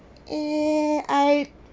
eh I